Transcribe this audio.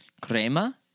Crema